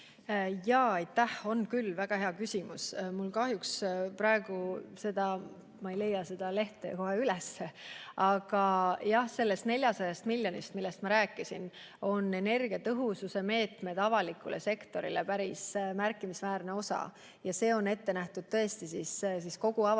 Jaa, aitäh! On küll. Väga hea küsimus. Ma kahjuks praegu ei leia seda lehte üles, aga jah, sellest 400 miljonist, millest ma rääkisin, on energiatõhususe meetmeks avalikule sektorile päris märkimisväärne osa. See on ette nähtud tõesti kogu avalikule